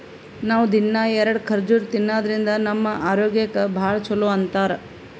ನಾವ್ ದಿನ್ನಾ ಎರಡ ಖರ್ಜುರ್ ತಿನ್ನಾದ್ರಿನ್ದ ನಮ್ ಆರೋಗ್ಯಕ್ ಭಾಳ್ ಛಲೋ ಅಂತಾರ್